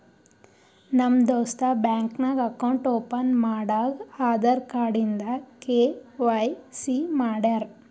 ನಮ್ ದೋಸ್ತ ಬ್ಯಾಂಕ್ ನಾಗ್ ಅಕೌಂಟ್ ಓಪನ್ ಮಾಡಾಗ್ ಆಧಾರ್ ಕಾರ್ಡ್ ಇಂದ ಕೆ.ವೈ.ಸಿ ಮಾಡ್ಯಾರ್